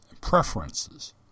Preferences